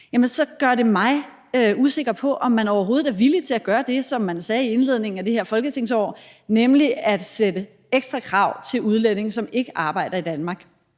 så gør det mig usikker på, om man overhovedet er villig til at gøre det, som man sagde ved indledningen af dette folketingsår, nemlig at stille ekstra krav til udlændinge i Danmark, som ikke arbejder. Det